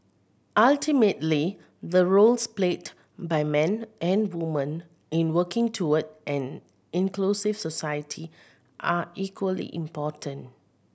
ultimately the roles played by men and women in working toward an inclusive society are equally important